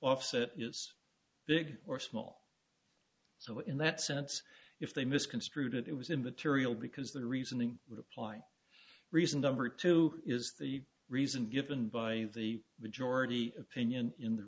offset is big or small so in that sense if they misconstrued it it was immaterial because the reasoning would apply reason number two is the reason given by the majority opinion in the